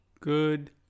Good